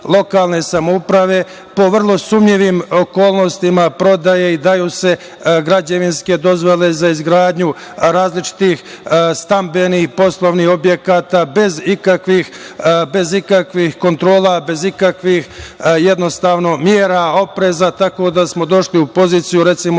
lokalne samouprave, po vrlo sumnjivim okolnostima, prodaje i daju se građevinske dozvole za izgradnju različitih stambenih, poslovnih objekata bez ikakvih kontrola, bez ikakvih mera opreza. Došli smo u poziciju, recimo,